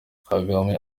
kagame